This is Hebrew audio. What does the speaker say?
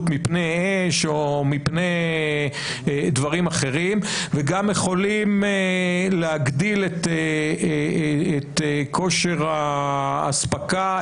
מפני אש או מפני דברים אחרים וגם יכולים להגדיל את כושר האספקה,